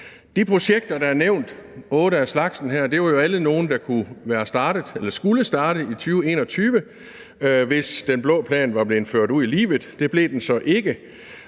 af slagsen her, var jo alle nogle, der skulle starte i 2021, hvis den blå plan var blevet ført ud i livet, men det blev den så ikke.